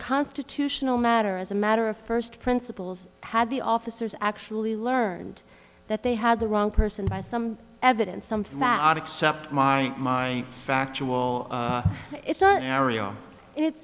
constitutional matter as a matter of first principles had the officers actually learned that they had the wrong person by some evidence something bad except my my factual it's our area it